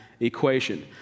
Equation